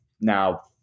now –